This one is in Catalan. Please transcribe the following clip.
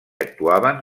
actuaven